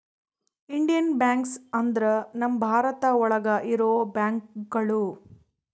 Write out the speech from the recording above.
Indian banks ಅಂದ್ರ ನಮ್ ಭಾರತ ಒಳಗ ಇರೋ ಬ್ಯಾಂಕ್ಗಳು